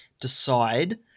decide